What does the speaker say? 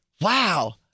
Wow